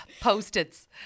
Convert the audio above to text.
Post-its